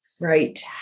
right